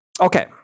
Okay